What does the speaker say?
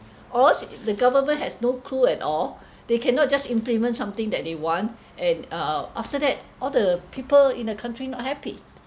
or else the government has no clue at all they cannot just implement something that they want and uh after that all the people in the country not happy